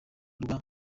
rwa